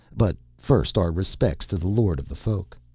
but first, our respects to the lord of the folk.